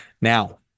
Now